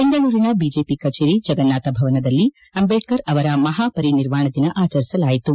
ಬೆಂಗಳೂರಿನ ಬಿಜೆಪಿ ಕಚೇರಿ ಜಗನ್ನಾಥ ಭವನದಲ್ಲಿ ಅಂಬೇಡ್ಕರ್ ಅವರ ಮಹಾ ಪರಿನಿರ್ವಾಣ ದಿನ ಆಚರಿಸಲಾಯಿತು